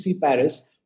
Paris